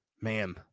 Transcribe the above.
man